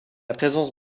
présence